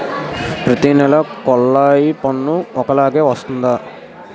ప్రతి నెల కొల్లాయి పన్ను ఒకలాగే వస్తుందా?